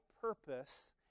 purpose